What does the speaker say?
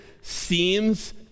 seems